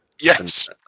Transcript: Yes